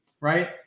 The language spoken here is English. right